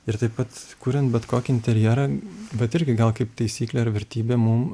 ir taip pat kuriant bet kokį interjerą vat irgi gal kaip taisyklė ar vertybė mum